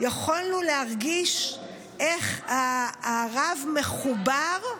יכולנו להרגיש איך הרב מחובר,